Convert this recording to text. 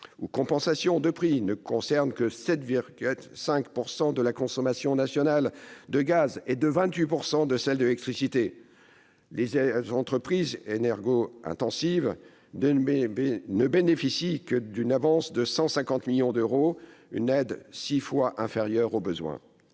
ou compensations de prix, ne concernent que 7,5 % de la consommation nationale de gaz et 28 % de celle d'électricité. Les entreprises énergo-intensives ne bénéficient que d'une avance de 150 millions d'euros, une aide six fois inférieure aux besoins